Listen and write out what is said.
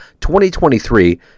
2023